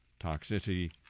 toxicity